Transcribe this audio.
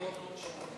סמוֹטריץ.